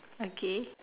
okay